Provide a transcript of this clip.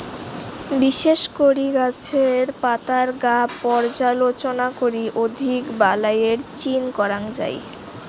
বিশেষ করি গছের পাতার গাব পর্যালোচনা করি অধিক বালাইয়ের চিন করাং যাই